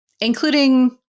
including